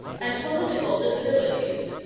and political disabilities.